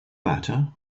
matter